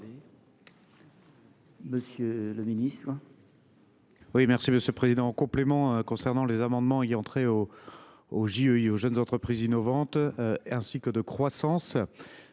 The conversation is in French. Monsieur le ministre,